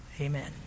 Amen